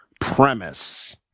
premise